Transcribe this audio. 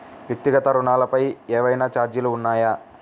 వ్యక్తిగత ఋణాలపై ఏవైనా ఛార్జీలు ఉన్నాయా?